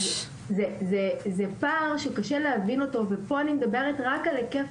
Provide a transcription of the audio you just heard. זה פער שקשה להבין אותו ופה אני מדברת רק על היקף